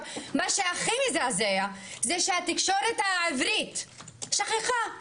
מה שהכי מזעזע, זה שהתקשורת העברית שכחה.